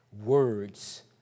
words